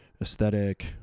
aesthetic